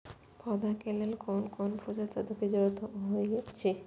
पौधा के लेल कोन कोन पोषक तत्व के जरूरत अइछ?